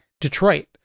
Detroit